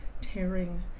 tearing